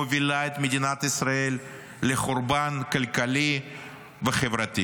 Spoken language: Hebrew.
מובילה את מדינת ישראל לחורבן כלכלי וחברתי.